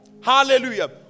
Hallelujah